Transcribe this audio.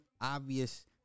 obvious